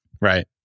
Right